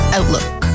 Outlook